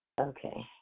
Okay